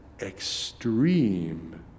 extreme